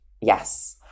Yes